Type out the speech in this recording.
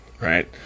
right